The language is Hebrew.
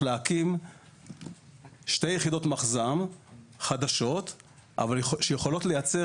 להקים שתי יחידות מחז"מ חדשות אבל שיכולות לייצר